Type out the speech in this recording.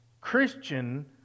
Christian